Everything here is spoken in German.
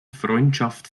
freundschaft